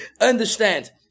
understand